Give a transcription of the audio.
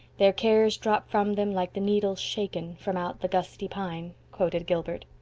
their cares drop from them like the needles shaken from out the gusty pine quoted gilbert.